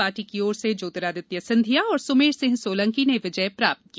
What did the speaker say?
party की ओर से ज्योतिरादित्य सिंधिया और सुमेर सिंह सोलंकी ने विजय प्राप्त की